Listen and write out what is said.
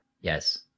Yes